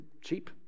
cheap